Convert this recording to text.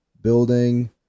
building